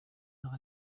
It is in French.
nord